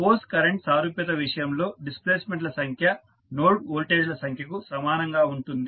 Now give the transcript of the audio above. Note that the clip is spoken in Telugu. ఫోర్స్ కరెంట్ సారూప్యత విషయంలో డిస్ప్లేస్మెంట్ ల సంఖ్య నోడ్ వోల్టేజ్ల సంఖ్యకు సమానంగా ఉంటుంది